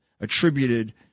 attributed